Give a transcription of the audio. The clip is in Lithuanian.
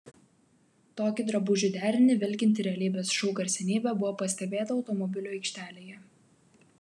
tokį drabužių derinį vilkinti realybės šou garsenybė buvo pastebėta automobilių aikštelėje